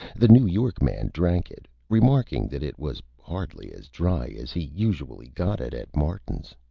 the new york man drank it, remarking that it was hardly as dry as he usually got it at martin's.